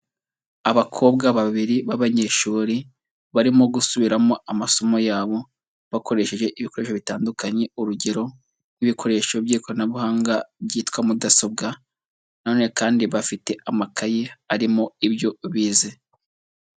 Abakobwa babiri b'abanyeshuri barimo gusubiramo amasomo yabo bakoresheje ibikoresho bitandukanye urugero nk'ibikoresho by'ikoranabuhanga byitwa mudasobwa, na none kandi bafite amakaye arimo ibyo bize.